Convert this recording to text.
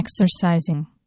exercising